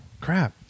crap